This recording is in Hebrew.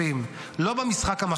לא.